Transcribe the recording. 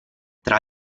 tra